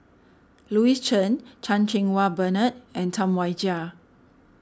Louis Chen Chan Cheng Wah Bernard and Tam Wai Jia